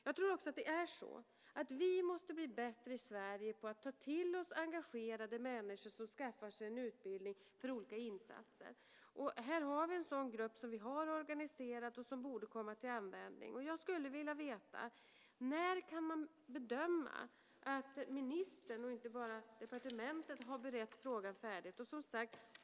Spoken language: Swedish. Jag tror att vi måste bli bättre på att ta till oss engagerade människor som skaffar sig en utbildning för olika insatser. Här har vi en sådan grupp som vi har organiserat och som borde komma till användning. När kan man bedöma att ministern och inte bara departementet har berett frågan färdigt?